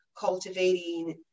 cultivating